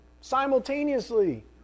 simultaneously